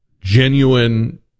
genuine